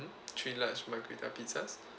three large margarita pizzas